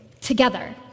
together